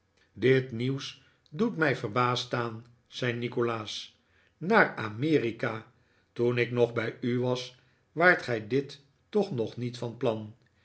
dit nieuws doet mij verbaasd staan zei nikolaas naar amerika toen ik nog bij u was waart gij dit toch nog niet van plan